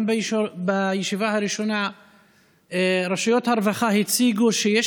גם בישיבה הראשונה רשויות הרווחה הציגו שיש